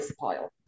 pile